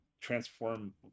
transform